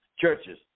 churches